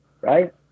right